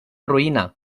roïna